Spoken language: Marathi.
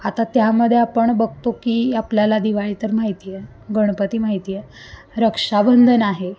आता त्यामध्ये आपण बघतो की आपल्याला दिवाळी तर माहिती आहे गणपती माहिती आहे रक्षाबंधन आहे